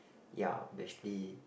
ya basically